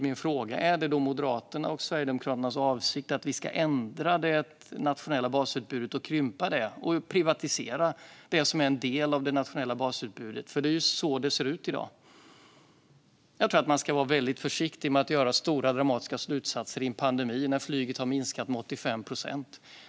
Är det Moderaternas och Sverigedemokraternas avsikt att vi ska ändra det nationella basutbudet, krympa det och privatisera en del av det? Det är ju så det ser ut i dag. Jag tror att man ska vara väldigt försiktig med att dra stora, dramatiska slutsatser i en pandemi när flyget har minskat med 85 procent.